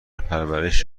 پرورش